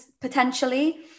potentially